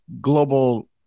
global